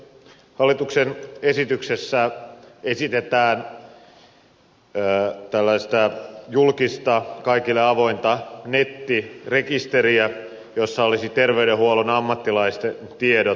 hallituksen esityksessä esitetään tällaista julkista kaikille avointa nettirekisteriä jossa olisi terveydenhuollon ammattilaisten tiedot